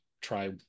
try